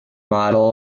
model